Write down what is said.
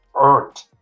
earned